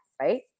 right